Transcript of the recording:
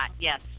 Yes